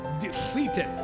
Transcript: defeated